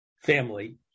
family